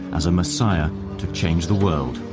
as a messiah to change the world